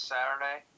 Saturday